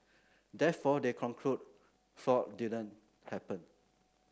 therefore they conclude fraud didn't happen